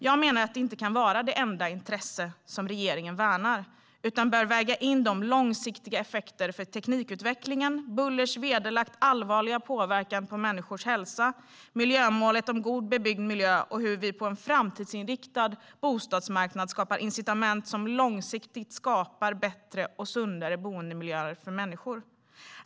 Jag menar att det inte kan vara det enda intresse som regeringen värnar utan att man bör väga in de långsiktiga effekterna för teknikutvecklingen, bullers vederlagt allvarliga påverkan på människors hälsa, miljömålet om god bebyggd miljö och hur vi på en framtidsinriktad bostadsmarknad skapar incitament som långsiktigt skapar bättre och sundare boendemiljöer för människor.